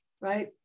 right